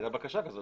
הייתה בקשה כזאת,